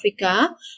Africa